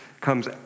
comes